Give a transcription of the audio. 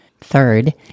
Third